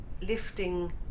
lifting